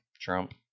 Trump